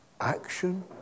action